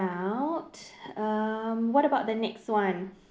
um what about the next [one]